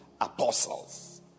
apostles